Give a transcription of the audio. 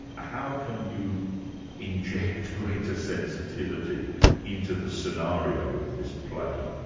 how can you inject greater sensitivity into the scenario of this play?